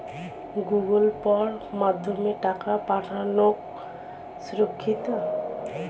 Google পের মাধ্যমে টাকা পাঠানোকে সুরক্ষিত?